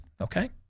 Okay